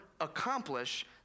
accomplish